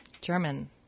German